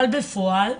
אבל בפועל,